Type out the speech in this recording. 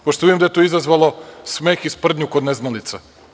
Pošto vidim da je to izazvalo smeh i sprdnju kod neznalica.